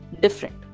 different